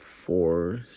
four